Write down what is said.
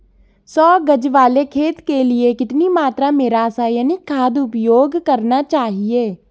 सौ गज वाले खेत के लिए कितनी मात्रा में रासायनिक खाद उपयोग करना चाहिए?